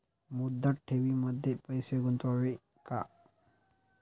मुदत ठेवींमध्ये पैसे गुंतवावे का?